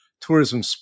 tourism